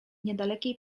niedalekiej